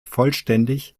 vollständig